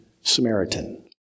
Samaritan